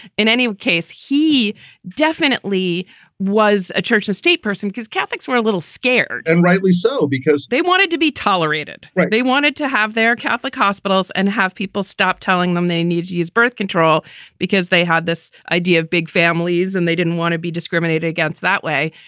in any case, he definitely was. a church of state person, because catholics were a little scared and rightly so, because they wanted to be tolerated they wanted to have their catholic hospitals and have people stop telling them they need to use birth control because they had this idea of big families and they didn't want to be discriminated against that way.